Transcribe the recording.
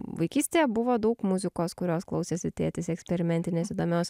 vaikystėje buvo daug muzikos kurios klausėsi tėtis eksperimentinės įdomios